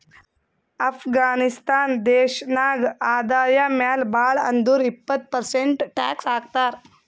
ಅಫ್ಘಾನಿಸ್ತಾನ್ ದೇಶ ನಾಗ್ ಆದಾಯ ಮ್ಯಾಲ ಭಾಳ್ ಅಂದುರ್ ಇಪ್ಪತ್ ಪರ್ಸೆಂಟ್ ಟ್ಯಾಕ್ಸ್ ಹಾಕ್ತರ್